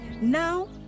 Now